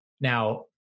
Now